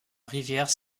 rivière